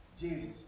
Jesus